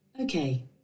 Okay